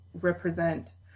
represent